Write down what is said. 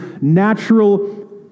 natural